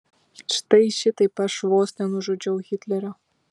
štai šitaip aš vos nenužudžiau hitlerio